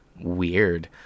weird